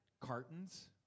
cartons